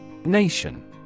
Nation